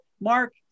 Mark